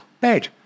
bed